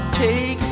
take